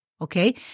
okay